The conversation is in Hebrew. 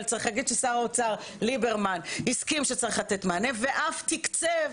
אבל צריך להגיד ששר האוצר ליברמן הסכים שצריך לתת מענה ואף תקצב.